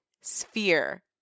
sphere